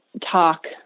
talk